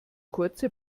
kurze